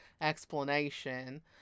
explanation